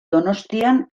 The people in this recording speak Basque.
donostian